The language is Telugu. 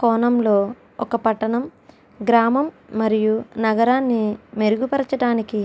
కోణంలో ఒక పట్టణం గ్రామం మరియు నగరాన్ని మెరుగుపరచటానికి